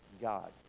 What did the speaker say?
god